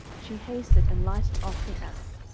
she hasted, and lighted off the ass,